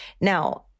Now